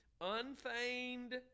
unfeigned